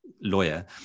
lawyer